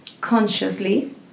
consciously